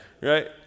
right